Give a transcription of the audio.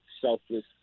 selfless